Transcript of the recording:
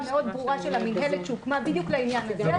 ברורה מאוד של המינהלת שהוקמה בדיוק לעניין הזה,